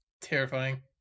terrifying